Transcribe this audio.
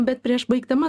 bet prieš baigdama